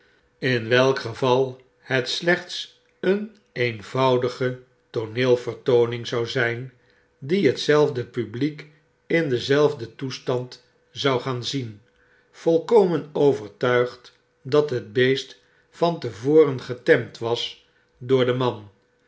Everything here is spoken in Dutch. in welk geval het slechts een eenvoudige tooneelvertooning zou zijn die hetzelfde publiek in denzelfden toestand zou gaan zien volkomen overtuigd dat het best van te voren getemd was door den man